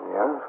Yes